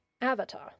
Avatar